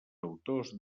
autors